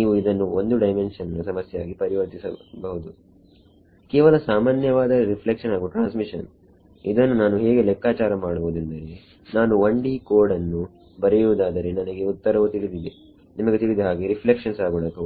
ನೀವು ಇದನ್ನು 1 ಡೈಮೆನ್ಷನ್ ನ ಸಮಸ್ಯೆಯಾಗಿ ಪರಿವರ್ತಿಸಬಹುದುಕೇವಲ ಸಾಮಾನ್ಯವಾದ ರಿಫ್ಲೆಕ್ಷನ್ ಹಾಗು ಟ್ರಾನ್ಸ್ಮಿಷನ್ ಇದನ್ನು ನಾನು ಹೇಗೆ ಲೆಕ್ಕಾಚಾರ ಮಾಡಬಹುದು ಎಂದರೆ ನಾನು 1D ಕೋಡ್ ಅನ್ನು ಬರೆಯುವುದಾದರೆನನಗೆ ಉತ್ತರವು ತಿಳಿದಿದೆ ನಿಮಗೆ ತಿಳಿದ ಹಾಗೆ ರಿಫ್ಲೆಕ್ಷನ್ ಸಹಗುಣಕವುನನಗೆ